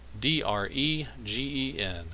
D-R-E-G-E-N